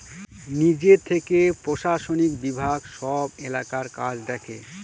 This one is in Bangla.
নিজে থেকে প্রশাসনিক বিভাগ সব এলাকার কাজ দেখে